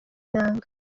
inanga